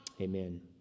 Amen